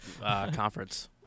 conference